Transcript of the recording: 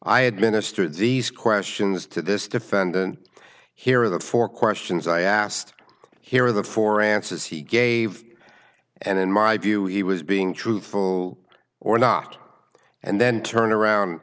i administer these questions to this defendant here are the four questions i asked here are the four answers he gave and in my view he was being truthful or not and then turn around